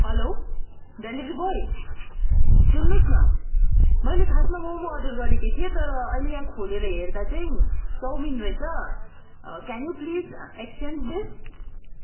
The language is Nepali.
हेलो डेलिभरी ब्वाय सुन्नु होस् न मैले खासमा मम अर्डर गरेकी थिएँ अहिले यहाँ खोलेर हेर्दा चाहिँ चाउमिन रहेछ can you please exchange this